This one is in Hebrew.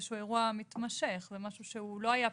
איזשהו אירוע מתמשך, זה לא היה פתאומי.